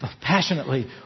passionately